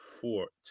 Fort